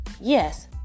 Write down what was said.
yes